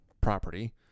property